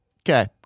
okay